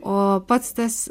o pats tas